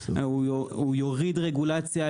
הוא יוריד רגולציה,